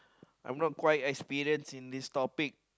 I'm not quite experienced in this topic